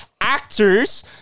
actors